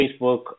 Facebook